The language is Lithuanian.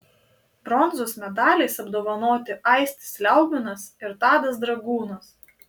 bronzos medaliais apdovanoti aistis liaugminas ir tadas dragūnas